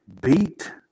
beat